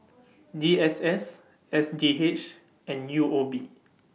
G S S S G H and U O B